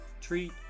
treat